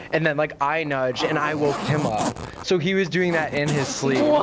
and then like i nudge and i woke him up. so, he was doing that in his sleep. what?